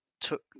took